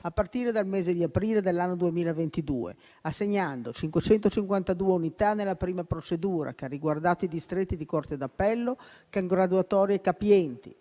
a partire dal mese di aprile dell'anno 2022, assegnando 552 unità nella prima procedura, che ha riguardato i distretti di corte d'appello con graduatorie capienti.